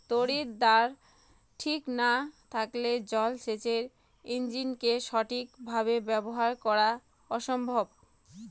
তড়িৎদ্বার ঠিক না থাকলে জল সেচের ইণ্জিনকে সঠিক ভাবে ব্যবহার করা অসম্ভব